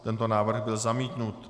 Tento návrh byl zamítnut.